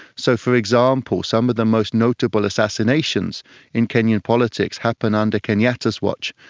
so, for example, some of the most notable assassinations in kenyan politics happen under kenyatta's watch.